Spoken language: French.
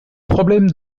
problèmes